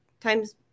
times